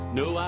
no